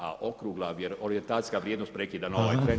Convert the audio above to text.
A okrugla orijentacijska vrijednost prekida nove…